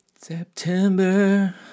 September